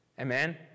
amen